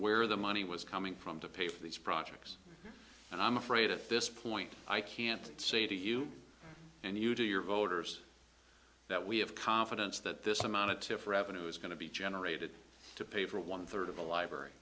where the money was coming from to pay for these projects and i'm afraid at this point i can't say to you and you do your voters that we have confidence that this amounted to for revenue is going to be generated to pay for one third of the library